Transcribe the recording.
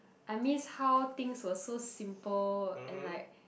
I miss how things were so simple and like